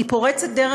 היא פורצת דרך,